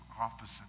opposite